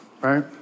right